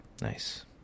Nice